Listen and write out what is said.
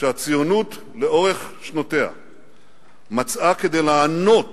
שהציונות לאורך שנותיה מצאה כדי לענות